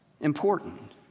important